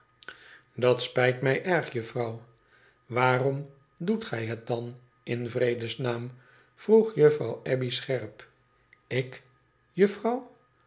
dat spijt mij erg juffrouw waarom doet gij het dan in vredes naam vroeg juffrouw abbey scherp it juffrouw